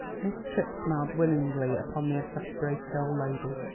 miss tripp smiled winningly upon the exasperated old lady.